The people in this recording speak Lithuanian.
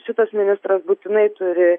šitas ministras būtinai turi